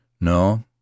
No